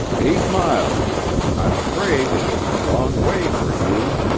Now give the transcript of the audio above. eight miles i'm afraid it is a long way for you